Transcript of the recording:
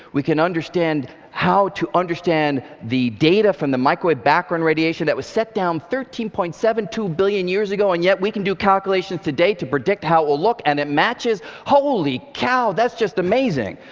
we can understand how to understand the data from the microwave background radiation that was set down thirteen point seven two billion years ago and yet, we can do calculations today to predict how it will look and it matches. holy cow! that's just amazing.